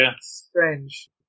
strange